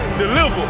deliver